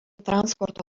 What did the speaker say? transporto